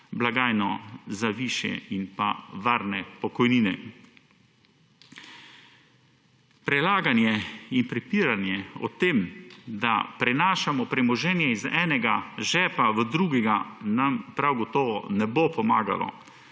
blagajno za višje in varne pokojnine. Prelaganje in prepiranje o tem, da prenašamo premoženje iz enega žepa v drugega nam prav gotovo ne bo pomagalo.